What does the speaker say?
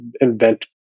invent